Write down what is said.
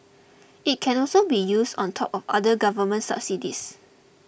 it can also be used on top of other government subsidies